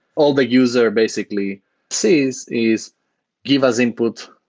all the user basically sees is give us input,